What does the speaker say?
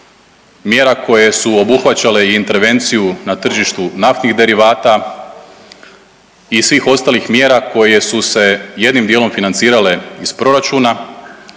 mjera koje su obuhvaćale i intervenciju na tržištu naftnih derivata i svih ostalih mjera koje su se jednim dijelom financirale iz proračuna,